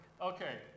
Okay